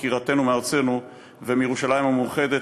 עקירתנו מארצנו ומירושלים המאוחדת,